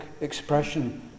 expression